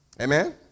Amen